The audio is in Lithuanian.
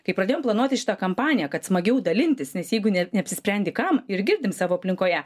kai pradėjom planuoti šitą kampaniją kad smagiau dalintis nes jeigu ne neapsisprendi kam ir girdim savo aplinkoje